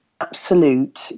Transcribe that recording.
absolute